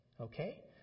Okay